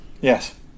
Yes